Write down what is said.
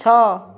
ଛଅ